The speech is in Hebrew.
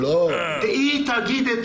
ולצדו הם גם באים לפרנס.